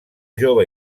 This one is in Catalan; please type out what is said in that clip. jove